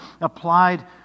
applied